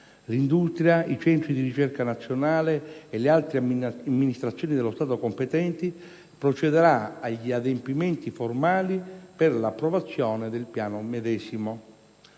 l'industria, i centri di ricerca nazionali e le altre amministrazioni dello Stato competenti, procederà agli adempimenti formali per l'approvazione del Piano medesimo.